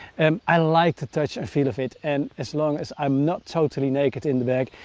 and i like the touch and feel of it, and as long as i'm not totally naked in the bag,